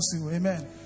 Amen